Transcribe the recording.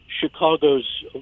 Chicago's